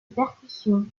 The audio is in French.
percussion